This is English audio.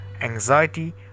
anxiety